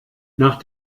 nach